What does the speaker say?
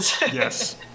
Yes